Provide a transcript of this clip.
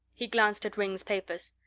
he glanced at ringg's papers.